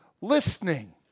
listening